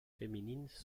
féminines